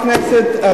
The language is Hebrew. לכנסת,